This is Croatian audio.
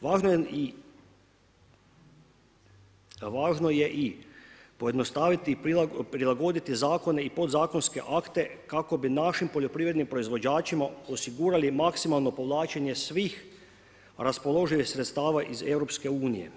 Važno je i pojednostaviti i prilagoditi zakone i podzakonske akte kako bi našim poljoprivrednim proizvođačima osigurali maksimalno povlačenje svih raspoloživih sredstava iz EU.